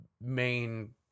main